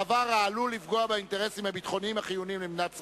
דבר העלול לפגוע באינטרסים ביטחוניים חיוניים למדינת ישראל,